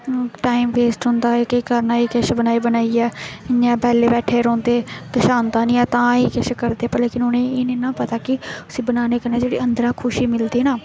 time waste होंदा एह् केह् करना एह् किश बनाई बनाइयै इ'यां गै बैह्ले बैठे दे रौंह्दे किश आंदा निं ऐ तां एह् किश करदे पर उ'नें गी एह् निं न ऐ कि इसी बनाने कन्नै जेह्ड़ी अन्दरा दा खुशी मिलदी ना